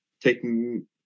taking